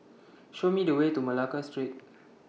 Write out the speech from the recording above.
Show Me The Way to Malacca Street